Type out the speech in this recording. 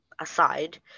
aside